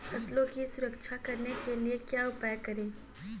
फसलों की सुरक्षा करने के लिए क्या उपाय करें?